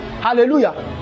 Hallelujah